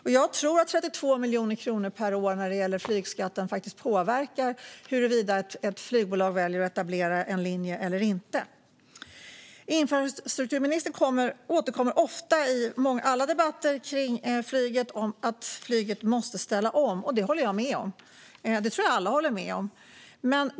När det gäller flygskatten tror jag faktiskt att 32 miljoner kronor per år påverkar huruvida ett flygbolag väljer att etablera en linje eller inte. Infrastrukturministern återkommer i alla debatter kring flyget till att flyget måste ställa om, och det håller jag med om. Jag tror att alla håller med om det.